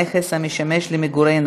(הקצאת מקום חניה לנכה סמוך למקום מגוריו),